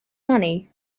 money